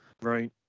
Right